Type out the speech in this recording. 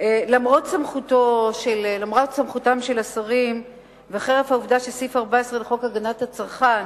למרות סמכותם של השרים וחרף העובדה שסעיף 14 לחוק הגנת הצרכן